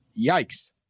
yikes